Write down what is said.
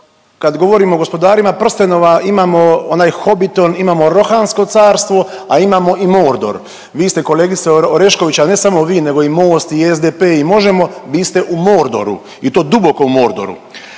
kad govorimo o gospodarima prstenova imamo onaj Hobiton, imamo Rohansko carstvo, a imamo i mordor. Vi ste kolegice Orešković, a ne samo vi nego i Most i SDP i Možemo!, vi ste u Mordoru i to duboko u Mordoru.